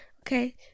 Okay